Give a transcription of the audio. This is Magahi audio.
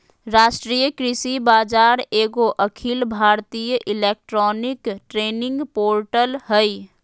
राष्ट्रीय कृषि बाजार एगो अखिल भारतीय इलेक्ट्रॉनिक ट्रेडिंग पोर्टल हइ